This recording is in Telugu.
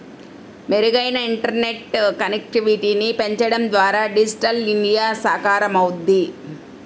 మెరుగైన ఇంటర్నెట్ కనెక్టివిటీని పెంచడం ద్వారా డిజిటల్ ఇండియా సాకారమవుద్ది